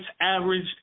averaged